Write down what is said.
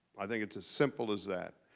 i think it's as simple as that.